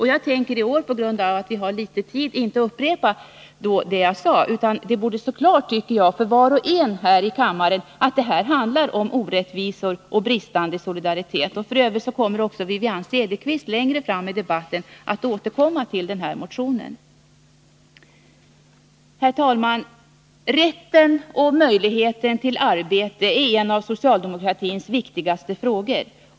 Jag tänker i år, på grund av att vi har ont om tid, inte upprepa det jag då sade. Det borde stå klart för var och en här i kammaren att det här handlar om orättvisor och bristande solidaritet. F. ö. kommer Wivi-Anne Cederqvist längre fram i debatten att återkomma till denna motion. Herr talman! Rätten och möjligheten till arbete är en av socialdemokratins viktigaste frågor.